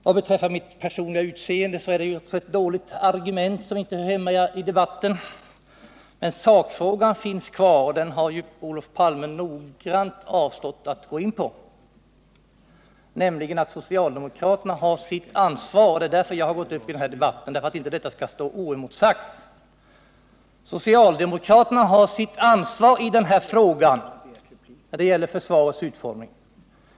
Vad beträffar mitt personliga utseende är det också ett dåligt argument, som inte hör hemma i debatten. Men sakfrågan finns kvar — den har Olof 26 Palme noggrant avstått från att gå in på — nämligen att socialdemokraterna har sitt ansvar. Jag har gått in i debatten just för att det inte skall komma bort. Nr 46 Socialdemokraterna har sitt ansvar när det gäller försvarets utformning.